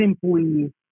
simply